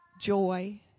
joy